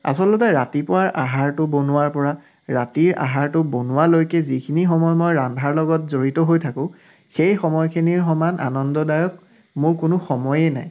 আচলতে ৰাতিপুৱাৰ আহাৰটো বনোৱাৰ পৰা ৰাতিৰ আহাৰটো বনোৱালৈকে যিখিনি সময় মই ৰন্ধাৰ লগত জড়িত হৈ থাকোঁ সেই সময়খিনিৰ সমান আনন্দদায়ক মোৰ কোনো সময়েই নাই